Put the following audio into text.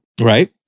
Right